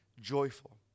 joyful